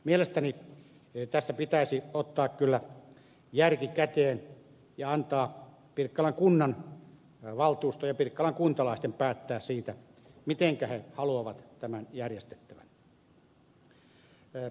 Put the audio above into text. mielestäni tässä pitäisi ottaa kyllä järki käteen ja antaa pirkkalan kunnanvaltuuston ja pirkkalan kuntalaisten päättää siitä miten he haluavat tämän järjestettävän